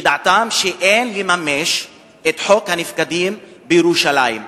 דעתם שאין לממש את חוק הנפקדים בירושלים?